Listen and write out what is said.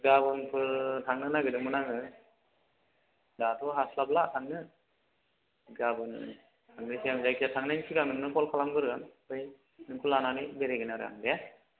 गाबोनफोर थांनो नागेरदोंमोन आङो दाथ' हास्लाबला थांनो गाबोन थांनायासै आं जायखिया आं जायखिया थांनायनि सिगां नोंनो कल खालामगोरगोन ओमफ्राय नोंखौ लानानै बेरायगोन आरो आं दे